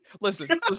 Listen